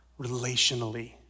relationally